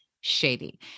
shady